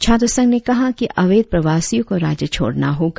छात्र संघ ने कहा कि अवैध प्रवासियों को राज्य छोड़ना होगा